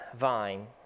vine